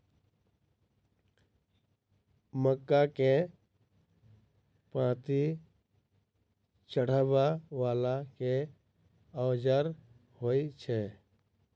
मक्का केँ पांति चढ़ाबा वला केँ औजार होइ छैय?